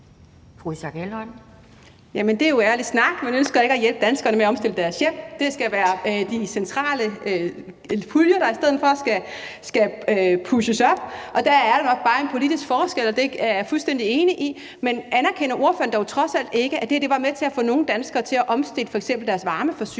er jo ærlig snak. Man ønsker ikke at hjælpe danskerne med at omstille deres hjem; det skal være de centrale puljer, der i stedet for skal pushes op. Der er nok bare en politisk forskel, og det er jeg fuldstændig enig i. Men anerkender ordføreren dog trods alt ikke, at det her var med til at få nogle danskere til f.eks. at omstille deres varmeforsyning